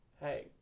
hey